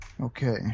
Okay